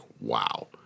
wow